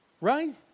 right